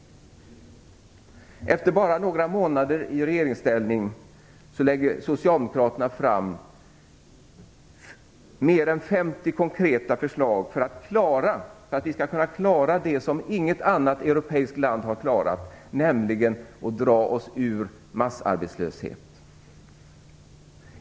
Efter bara några månader i regeringsställning lägger Socialdemokraterna fram mer än 50 konkreta förslag för att vi skall kunna klara det som inget annat europeiskt land har klarat, nämligen att ta oss ur massarbetslösheten.